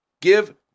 give